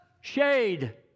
Shade